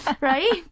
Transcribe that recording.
Right